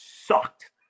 sucked